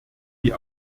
die